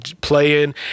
playing